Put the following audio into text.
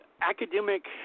academic